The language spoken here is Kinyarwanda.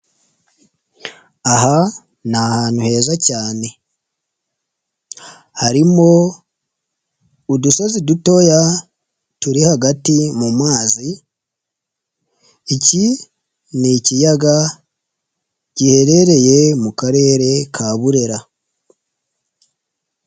Aha ni ahantu heza cyane, harimo udusozi dutoya turi hagati mu mazi, iki ni ikiyaga giherereye mu Karere ka Burera.